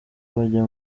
bajya